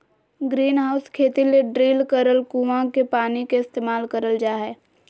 greenhouse खेती ले drill करल कुआँ के पानी के इस्तेमाल करल जा हय